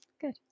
good